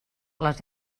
les